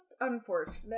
unfortunate